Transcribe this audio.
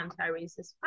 anti-racist